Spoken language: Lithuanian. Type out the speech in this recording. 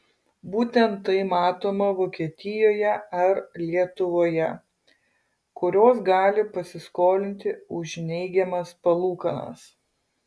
būtent tai matoma vokietijoje ar lietuvoje kurios gali pasiskolinti už neigiamas palūkanas